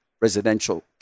residential